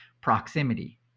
proximity